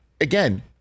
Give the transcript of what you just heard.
again